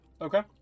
Okay